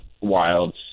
wild